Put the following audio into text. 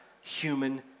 human